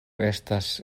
estas